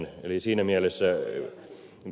eli siinä mielessä ok selvä